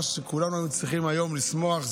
כולנו היינו צריכים היום לשמוח,